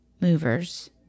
movers